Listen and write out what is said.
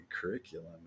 curriculum